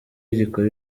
gikora